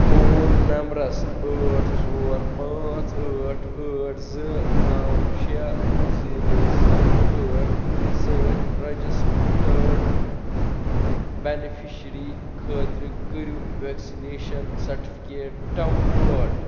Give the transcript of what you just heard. phone نمبرس ٲٹھ ژور پانٛژھ ٲٹھ ٲٹھ زٕ نَو شےٚ زیٖرو زٕ ٲٹھ سۭتۍ رجسٹرڈ بیٚنِفشری خٲطرٕ کٔرِو ویٚکسِنیشن سٔرٹِفکیٹ ڈاوُن لوڈ